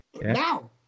Now